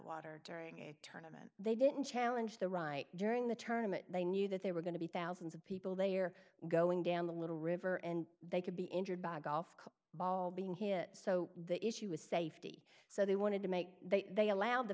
water during a tournament they didn't challenge the right during the tournaments they knew that they were going to be thousands of people they are going down the little river and they could be injured by a golf ball being hit so the issue is safety so they wanted to make they they allowed the